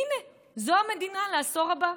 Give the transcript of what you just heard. הינה, זאת המדינה לעשור הבא.